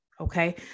okay